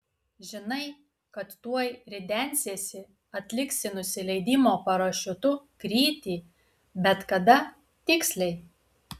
žinai kad tuoj ridensiesi atliksi nusileidimo parašiutu krytį bet kada tiksliai